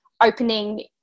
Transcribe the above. opening